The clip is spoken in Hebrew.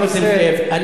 חבר הכנסת נסים זאב,